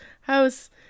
house